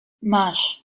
masz